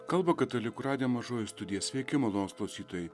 kalba katalikų radijo mažoji studija sveiki malonūs klausytojai